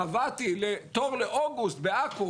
קבעתי תור לאוגוסט בעכו,